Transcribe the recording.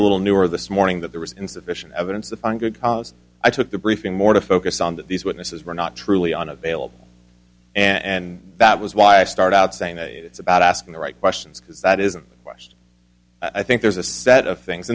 a little newer this morning that there was insufficient evidence to find good cause i took the briefing more to focus on that these witnesses were not truly unavailable and that was why i start out saying that it's about asking the right questions because that isn't why i think there's a set of things